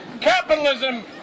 capitalism